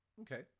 Okay